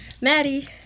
Maddie